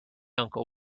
uncle